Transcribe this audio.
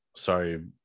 Sorry